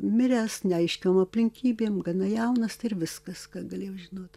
miręs neaiškiom aplinkybėm gana jaunas tai ir viskas ką galėjau žinot